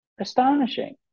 astonishing